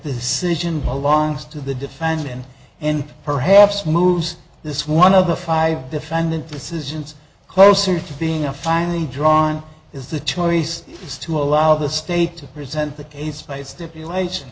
season belongs to the defendant and perhaps moves this one of the five defendant decisions closer to being a finely drawn is the choice is to allow the state to present the case by stipulation